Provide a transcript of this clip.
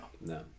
No